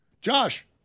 Josh